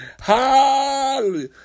hallelujah